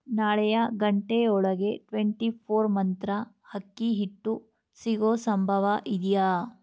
ನಾಳೆಯ ಗಂಟೆ ಒಳಗೆ ಟ್ವೆಂಟಿ ಫೋರ್ ಮಂತ್ರ ಅಕ್ಕಿ ಹಿಟ್ಟು ಸಿಗೋ ಸಂಭವ ಇದೆಯಾ